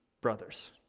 brothers